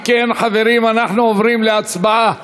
אם כן, חברים, אנחנו עוברים להצבעה.